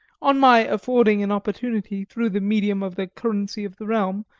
on my affording an opportunity, through the medium of the currency of the realm,